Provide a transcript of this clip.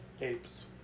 apes